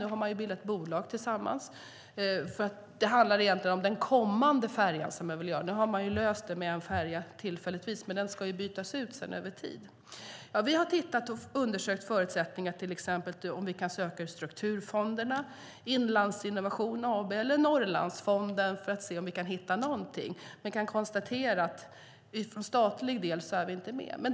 Nu har man bildat bolag tillsammans. Det handlar egentligen om den kommande färjan man vill införa; nu har man löst det med en tillfällig färja, men den ska bytas ut över tid. Vi har tittat på och undersökt förutsättningar för om vi till exempel kan söka ur strukturfonderna, Inlandsinnovation AB eller Norrlandsfonden för att se om vi kan hitta någonting. Vi kan konstatera att vi från statlig del inte är med.